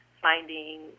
finding